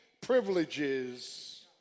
privileges